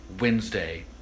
Wednesday